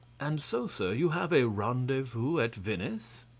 and so, sir, you have a rendezvous at venice?